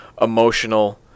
emotional